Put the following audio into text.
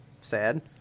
sad